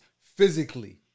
physically